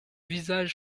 visage